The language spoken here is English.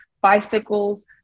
bicycles